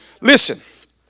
Listen